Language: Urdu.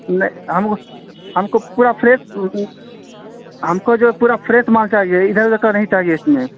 نہیں ہم ہم کو پورا فریش ہم کو جو ہے پورا فریش مال چاہیے ادھر ادھر کا نہیں چاہیے اس میں